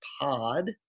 pod